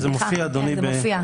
זה מופיע ב-326(ב).